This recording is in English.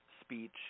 speech